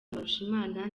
mbarushimana